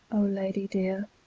o lady deere,